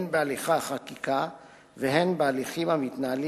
הן בהליכי החקיקה והן בהליכים המתנהלים